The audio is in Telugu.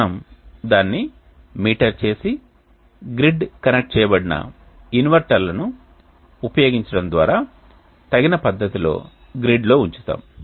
మనం దానిని మీటర్ చేసి గ్రిడ్ కనెక్ట్ చేయబడిన ఇన్వర్టర్లను ఉపయోగించడం ద్వారా తగిన పద్ధతిలో గ్రిడ్లో ఉంచుతాము